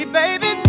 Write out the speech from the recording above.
baby